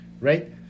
right